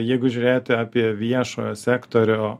jeigu žiūrėti apie viešojo sektorių